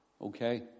Okay